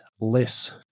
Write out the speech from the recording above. less